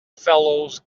fellows